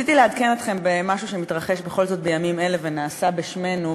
רציתי לעדכן אתכם במשהו שמתרחש בכל זאת בימים אלה ונעשה בשמנו,